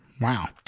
wow